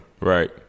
Right